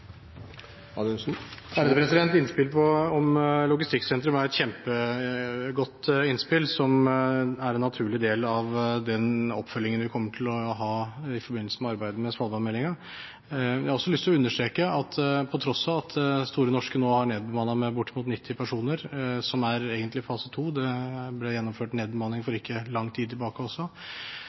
naturlig del av den oppfølgingen vi kommer til å ha i forbindelse med arbeidet med svalbardmeldingen. Jeg har også lyst til å understreke at på tross av at Store Norske nå har nedbemannet med bortimot 90 personer, som egentlig er fase 2, for det ble gjennomført en nedbemanning for ikke lang tid tilbake også